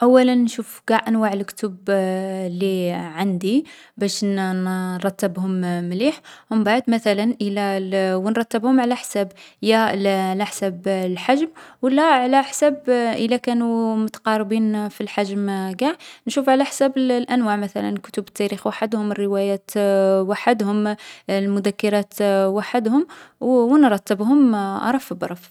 أولا نشوف قاع أنواع الكتب لي عندي باش نـ نرتّبهم مليح. و مبعد، مثلا، إلا الـ و نرتّبهم على حساب يا الـ على حساب الحجم و لا على حساب. إلا كانو متقاربين في الحجم قاع، نشوف على حساب الـ الأنواع: مثلا، كتب التاريخ وحدهم، الروايات وحدهم، المذكرات وحدهم، و و نرتبهم رف برف.